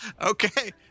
Okay